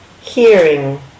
hearing